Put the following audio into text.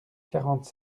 quarante